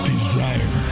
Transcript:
Desire